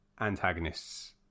antagonists